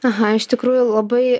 aha iš tikrųjų labai